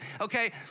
Okay